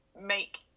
make